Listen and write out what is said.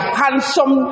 handsome